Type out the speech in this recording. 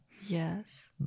Yes